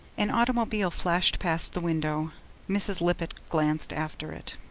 an automobile flashed past the window mrs. lippett glanced after it.